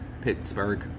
Pittsburgh